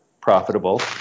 profitable